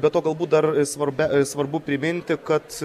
be to galbūt dar svarbia svarbu priminti kad